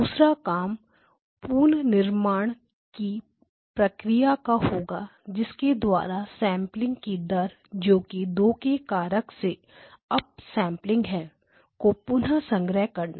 दूसरा काम पुनर्निर्माण की प्रक्रिया का होगा जिसके द्वारा सेंपलिंग की दर जोकि 2 के कारक से अप सेंपलिंग है को पुनः संग्रह करना